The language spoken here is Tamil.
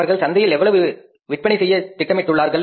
அவர்கள் சந்தையில் எவ்வளவு விற்பனை செய்ய திட்டமிட்டுள்ளார்கள்